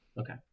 okay